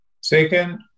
Second